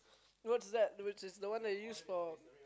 what's that which is the one you use for